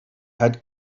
had